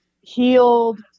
healed